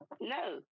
No